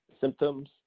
symptoms